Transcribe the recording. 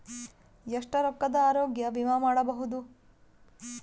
ಎಷ್ಟ ರೊಕ್ಕದ ಆರೋಗ್ಯ ವಿಮಾ ಮಾಡಬಹುದು?